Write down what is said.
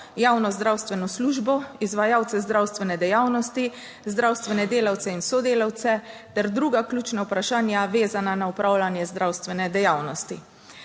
javno zdravstveno službo, izvajalce zdravstvene dejavnosti, zdravstvene delavce in sodelavce ter druga ključna vprašanja, vezana na opravljanje zdravstvene dejavnosti.